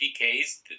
PKs